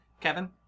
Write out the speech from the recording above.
Kevin